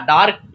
Dark